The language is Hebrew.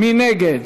מי נגד?